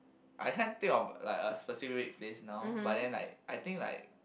I can't think of like a specific place now but then like I think like